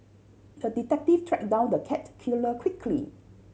the detective track down the cat killer quickly